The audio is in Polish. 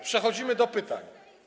Przechodzimy do pytań.